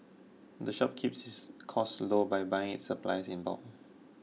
the shop keeps its costs low by buying its supplies in bulk